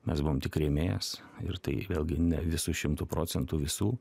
mes buvom tik rėmėjas ir tai vėlgi ne visu šimtu procentu visų